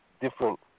Different